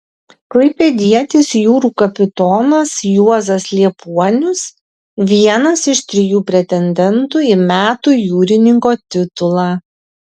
klaipėdietis jūrų kapitonas juozas liepuonius vienas iš trijų pretendentų į metų jūrininko titulą